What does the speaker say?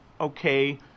okay